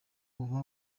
uba